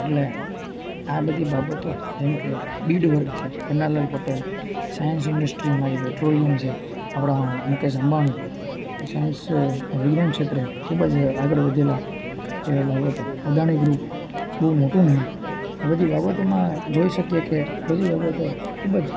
એટલે આ બધી બાબતો જેમ કે બિડ વર્ક છે પન્નાલાલ પટેલ સાઇન્સ ઈન્ડષ્ટ્રી મારી પેટ્રોલિયમ છે આપણા મુકેશ અંબાણી એ સાઇન્સ વિજ્ઞાન ક્ષેત્રે ખૂબ જ આગળ વધેલા એવાં બાબતો અદાણી ગ્રુપ બહું મોટું નામ આ બધી બાબતોમાં જોઈ શકીએ કે બધી બાબતો ખૂબ જ